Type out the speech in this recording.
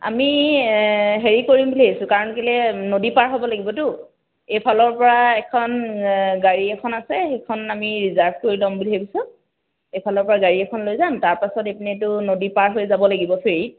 আমি হেৰি কৰিম বুলি ভাবিছোঁ কাৰণ কেলৈ নদী পাৰ হ'ব লাগিবতো এইফালৰ পৰা এখন গাড়ী এখন আছে সেইখন আমি ৰিজাৰ্ভ কৰি ল'ম বুলি ভাবিছোঁ এইফালৰ পৰা গাড়ী এখন লৈ যাম তাৰপাছত এইপিনেতো নদী পাৰ হৈ যাব লাগিব ফেৰীত